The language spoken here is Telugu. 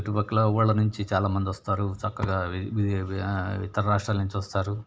చుట్టుపక్కల ఊళ్ళ నుంచి చాలా మంది వస్తారు చక్కగా ఇతర రాష్ట్రాల నుంచి వస్తారు